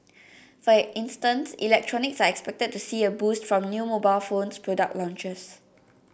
for instance electronics are expected to see a boost from new mobile phones product launches